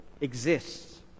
exists